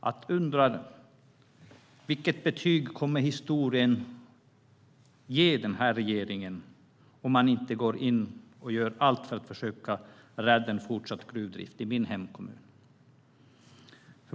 Jag undrar vilket betyg historien kommer att ge denna regering om man inte går in och gör allt för att försöka rädda fortsatt gruvdrift i min hemkommun.